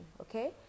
okay